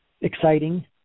exciting